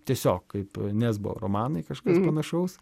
tiesiog kaip nesbo romanai kažkas panašaus